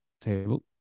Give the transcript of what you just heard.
table